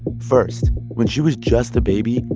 first, when she was just a baby,